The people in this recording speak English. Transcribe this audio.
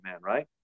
right